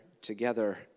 together